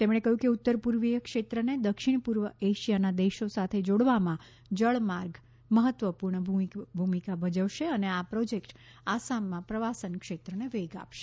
તેમણે કહ્યું કે ઉત્તર પૂર્વીય ક્ષેત્રને દક્ષિણ પૂર્વ એશિયાના દેશો સાથે જોડવામાં જળમાર્ગ મહત્વપૂર્ણ ભૂમિકા ભજવશે અને આ પ્રોજેક્ટ આસામમાં પ્રવાસન ક્ષેત્રને વેગ આપશે